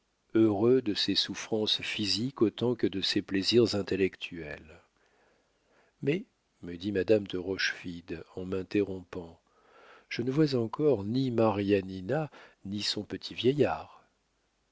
heureux de ses souffrances physiques autant que de ses plaisirs intellectuels mais me dit madame de rochefide en m'interrompant je ne vois encore ni marianina ni son petit vieillard